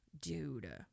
Dude